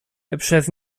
przez